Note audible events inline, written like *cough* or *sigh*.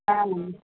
*unintelligible*